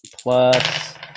plus